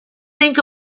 think